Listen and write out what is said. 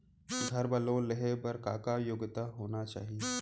घर बर लोन लेहे बर का का योग्यता होना चाही?